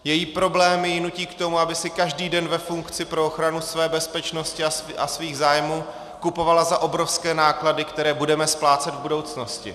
Její problémy ji nutí k tomu, aby si každý den ve funkci pro ochranu své bezpečnosti a svých zájmů kupovala za obrovské náklady, které budeme splácet v budoucnosti.